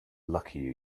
luckier